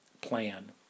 plan